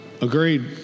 Agreed